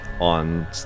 on